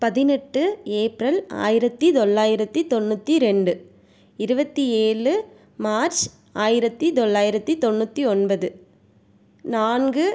பதினெட்டு ஏப்ரல் ஆயிரத்தி தொள்ளாயிரத்தி தொண்ணூற்றி ரெண்டு இருபத்தி ஏழு மார்ச் ஆயிரத்தி தொள்ளாயிரத்தி தொண்ணூற்றி ஒன்பது நான்கு